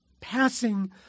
passing